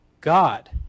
God